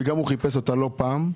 וגם הוא חיפש אותה לא פעם.